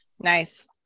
Nice